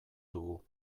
dugu